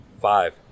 five